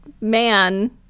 man